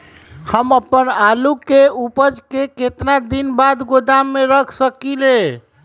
हम अपन आलू के ऊपज के केतना दिन बाद गोदाम में रख सकींले?